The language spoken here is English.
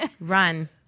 run